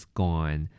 gone